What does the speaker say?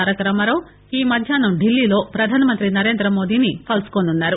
తారక రామారావు ఈ మధ్యాహ్నం డిల్లీలో ప్రధానమంత్రి నరేంద్రమోదీని కలుసుకోనున్నారు